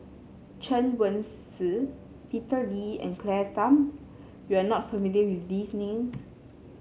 Chen Wen Hsi Peter Lee and Claire Tham you are not familiar with these names